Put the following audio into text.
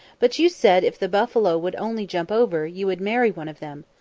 but you said if the buffalo would only jump over, you would marry one of them.